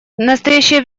настоящее